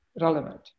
relevant